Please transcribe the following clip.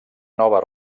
nova